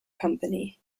company